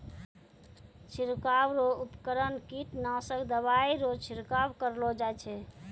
छिड़काव रो उपकरण कीटनासक दवाइ रो छिड़काव करलो जाय छै